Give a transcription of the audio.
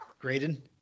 Graydon